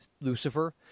Lucifer